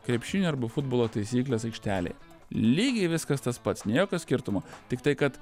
krepšinio arba futbolo taisyklės aikštelėj lygiai viskas tas pats nė jokio skirtumo tiktai kad